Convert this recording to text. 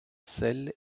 sel